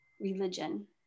religion